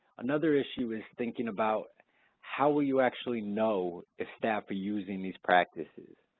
another issue is thinking about how will you actually know if staff are using these practices.